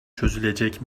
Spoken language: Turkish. çözülecek